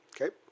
Okay